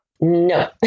No